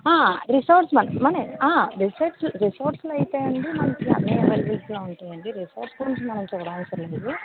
resorts మనే resorts రిసార్ట్స్లో అయితే అండీ మనకి అన్ని అవైబలిటీలో ఉంటాయండి రిసార్ట్స్ గురించి మనము చూడ అవసరం లేదు